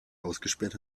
ausgesperrt